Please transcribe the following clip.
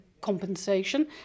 compensation